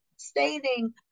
stating